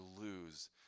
lose